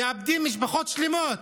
מאבדים משפחות שלמות.